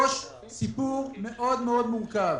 ביו"ש יש סיפור מאוד מאוד מורכב.